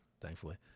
thankfully